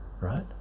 right